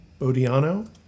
bodiano